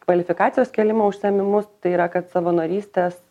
kvalifikacijos kėlimo užsiėmimus tai yra kad savanorystės